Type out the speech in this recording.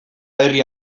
herri